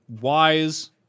Wise